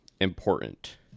important